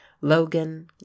Logan